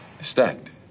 Stacked